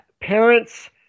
parents